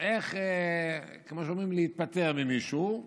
להיפטר ממישהו,